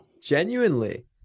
Genuinely